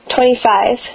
Twenty-five